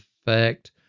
effect